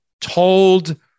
told